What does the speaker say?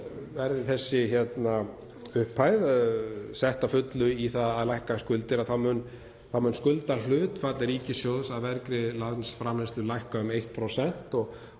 Verði þessi upphæð sett að fullu í að lækka skuldir mun skuldahlutfall ríkissjóðs af vergri landsframleiðslu lækka um 1% og